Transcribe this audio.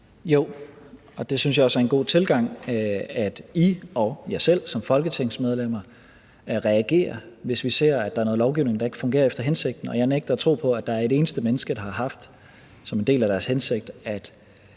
Jo, og det synes jeg også er en god tilgang, altså at I og jeg selv som folketingsmedlemmer reagerer, hvis vi ser, at der er noget lovgivning, der ikke fungerer efter hensigten. Jeg nægter at tro på, at der er et eneste menneske, der har haft som en del af deres hensigt, at